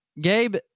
gabe